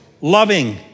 loving